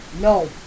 No